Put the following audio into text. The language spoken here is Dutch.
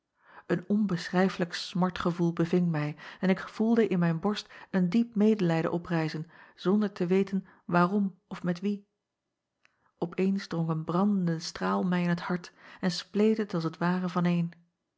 en onbeschrijflijk smartgevoel beving mij en ik voelde in mijn borst een diep medelijden oprijzen zonder te weten waarom of met wien p eens drong een brandende straal mij in t hart en spleet het als t ware vaneen